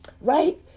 Right